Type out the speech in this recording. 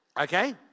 okay